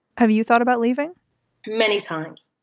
have you thought about leaving many times?